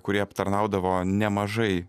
kurie aptarnaudavo nemažai